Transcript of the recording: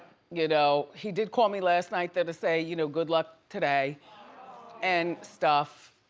you know? he did call me last night, though, to say, you know, good luck today and stuff,